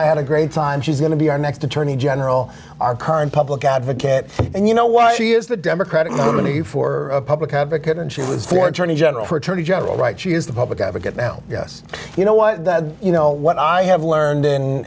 i had a great time she's going to be our next attorney general our current public advocate and you know why she is the democratic nominee for public advocate and she was for attorney general for attorney general right she is the public advocate now yes you know what you know what i have learned in